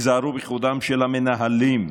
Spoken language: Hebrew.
ייזהרו בכבודם של המנהלים,